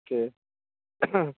okay